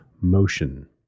Motion